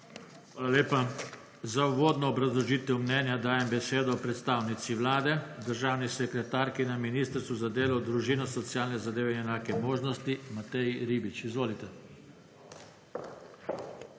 Hvala lepa. Za uvodno obrazložitev mnenja dajem besedo predstavnici Vlade, državni sekretarki na Ministrstvu za delo, družino, socialne zadeve in enake možnosti Mateji Ribič. Izvolite.